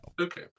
okay